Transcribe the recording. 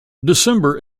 december